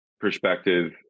perspective